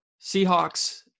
Seahawks